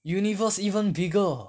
universe even bigger